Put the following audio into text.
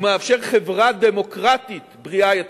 הוא מאפשר חברה דמוקרטית בריאה יותר,